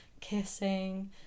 kissing